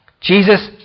Jesus